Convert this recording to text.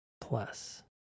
plus